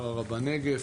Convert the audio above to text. ערערה בנגב,